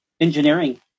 engineering